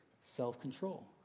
self-control